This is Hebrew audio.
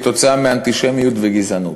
עקב אנטישמיות וגזענות.